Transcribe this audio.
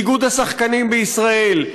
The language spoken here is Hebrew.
באיגוד השחקנים בישראל,